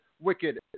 wicked